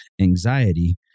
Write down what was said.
anxiety